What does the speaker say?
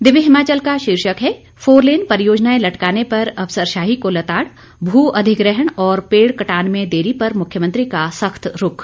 दिव्य हिमाचल का शीर्षक है फोरलेन परियोजनाएं लटकाने पर अफसरशाही को लताड़ भू अधिग्रहण और पेड़ कटान में देरी पर मुख्यमंत्री का सख्त रुख